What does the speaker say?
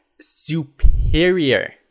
superior